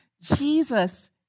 Jesus